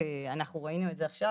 אנחנו ראינו את זה עכשיו,